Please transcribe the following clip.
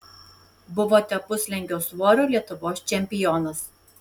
buvote puslengvio svorio lietuvos čempionas